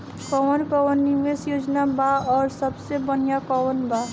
कवन कवन निवेस योजना बा और सबसे बनिहा कवन बा?